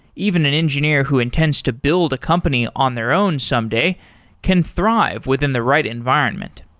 even an engineer who intends to build a company on their own someday can thrive within the right environment.